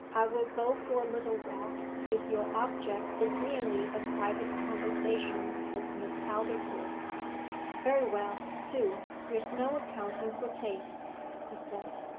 i will go for a little walk if your object is merely a private conversation with miss aldclyffe very well, do there's no accounting for tastes he said.